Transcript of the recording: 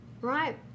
Right